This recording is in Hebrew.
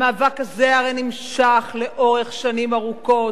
המאבק הזה הרי נמשך לאורך שנים ארוכות,